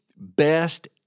best